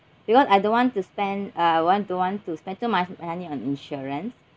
because I don't want to spend uh want to want to spend too much money on insurance